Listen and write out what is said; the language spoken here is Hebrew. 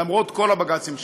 למרות כל הבג"צים שהוגשו.